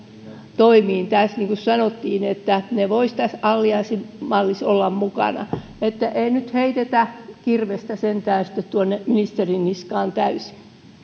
toimimaan tässä kun sanottiin että ne voisivat tässä allianssimallissa olla mukana ei nyt heitetä kirvestä sentään sitten tuonne ministerin niskaan täysin